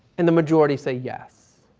and the majority say yes.